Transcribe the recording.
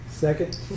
Second